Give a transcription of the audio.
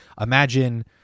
Imagine